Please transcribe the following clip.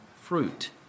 fruit